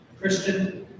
Christian